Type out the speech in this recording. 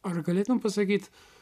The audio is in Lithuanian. ar galėtum pasakyt